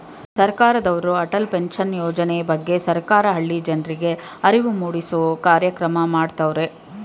ಸರ್ಕಾರದವ್ರು ಅಟಲ್ ಪೆನ್ಷನ್ ಯೋಜನೆ ಬಗ್ಗೆ ಸರ್ಕಾರ ಹಳ್ಳಿ ಜನರ್ರಿಗೆ ಅರಿವು ಮೂಡಿಸೂ ಕಾರ್ಯಕ್ರಮ ಮಾಡತವ್ರೆ